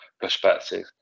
perspective